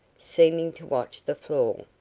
seeming to watch the floor.